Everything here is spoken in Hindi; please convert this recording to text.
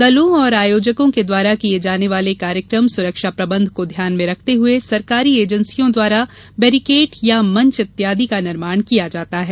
दलों और आयोजकों के द्वारा किये जाने वाले कार्यक्रम सुरक्षा प्रबंध को ध्यान में रखते हए सरकारी एजेन्सियों द्वारा बैरीकेट या मंच इत्यादि का निर्माण किया जाता है